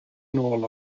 nôl